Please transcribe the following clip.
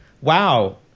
Wow